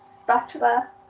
spatula